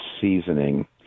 seasoning